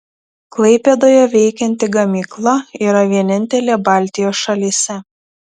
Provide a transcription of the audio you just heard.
klaipėdoje veikianti gamykla yra vienintelė baltijos šalyse